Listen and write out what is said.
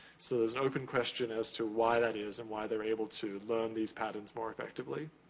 so, there's an open question as to why that is and why they're able to learn these patterns more effectively.